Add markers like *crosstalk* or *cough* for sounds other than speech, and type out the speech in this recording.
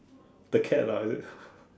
the cat lah is it *laughs*